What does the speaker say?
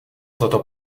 toto